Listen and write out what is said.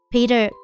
Peter